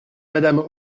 madame